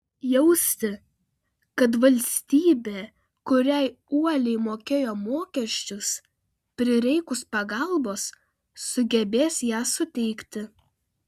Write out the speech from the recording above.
jausti kad valstybė kuriai uoliai mokėjo mokesčius prireikus pagalbos sugebės ją suteikti